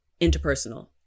interpersonal